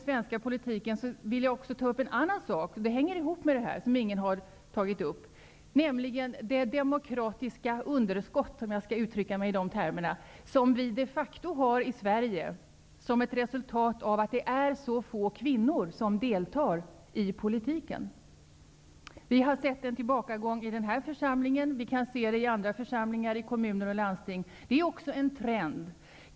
Jag vill ta upp en annan sak som hänger ihop med rekryteringen till den svenska politiken, nämligen -- om jag skall uttrycka mig i de termerna -- det demokratiska underskott som vi de facto har i Sverige som ett resultat av att det är så få kvinnor som deltar i politiken. Vi har sett en tillbakagång i den här församlingen, och vi kan se det i kommuner och landsting. Detta är också en trend.